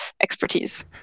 expertise